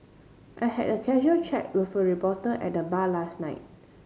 I had a casual chat with a reporter at the bar last night